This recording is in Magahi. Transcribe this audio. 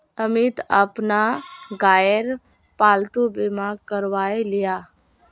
अमित अपना गायेर पालतू बीमा करवाएं लियाः